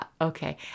Okay